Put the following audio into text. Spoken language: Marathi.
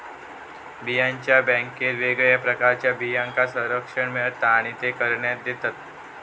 बियांच्या बॅन्केत वेगवेगळ्या प्रकारच्या बियांका संरक्षण मिळता आणि ते करणाऱ्याक देतत